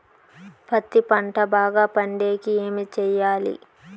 పత్తి పంట బాగా పండే కి ఏమి చెయ్యాలి?